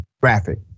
Graphic